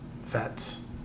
Vets